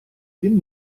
він